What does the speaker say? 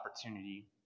opportunity